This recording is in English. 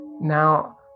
now